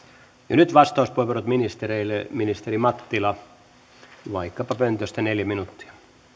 nyt vastauspuheenvuorot ministereille ministeri mattila vaikkapa pöntöstä neljä minuuttia